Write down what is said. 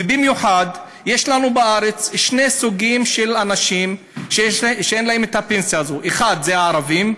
ובמיוחד יש לנו בארץ שני סוגים של אנשים שאין להם פנסיה: אחד זה הערבים,